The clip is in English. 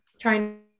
trying